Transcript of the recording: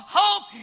hope